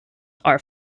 are